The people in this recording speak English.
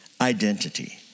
identity